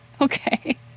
Okay